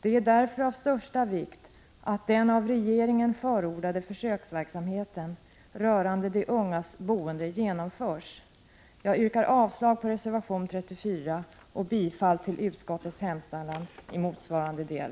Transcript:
Det är därför av största vikt att den av regeringen förordade försöksverksamheten rörande de ungas boende genomförs. Jag yrkar avslag på reservation 34 och bifall till utskottets hemställan i motsvarande del.